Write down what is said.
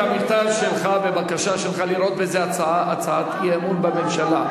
המכתב שלך לראות בזה הצעת אי-אמון בממשלה.